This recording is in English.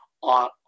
on